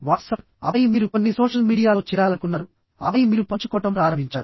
WhatsApp ఆపై మీరు కొన్ని సోషల్ మీడియాలో చేరాలనుకున్నారుఆపై మీరు పంచుకోవడం ప్రారంభించారు